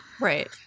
Right